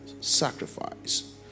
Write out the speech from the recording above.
sacrifice